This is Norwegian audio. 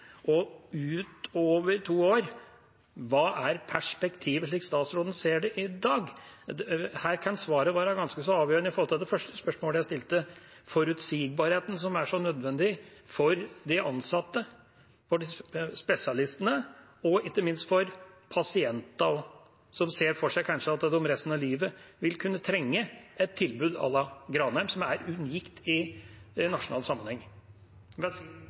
Og utover to år, hva er perspektivet, slik statsråden ser det i dag? Her kan svaret være ganske avgjørende med hensyn til det første spørsmålet jeg stilte, om forutsigbarheten, som er så nødvendig for de ansatte, for spesialistene og ikke minst for pasientene, som ser for seg at de kanskje resten av livet vil kunne trenge et tilbud à la Granheim, som er unikt i nasjonal sammenheng med sin konstruksjon. Slik jeg oppfatter vedtaket nå, vil